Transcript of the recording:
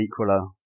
equaler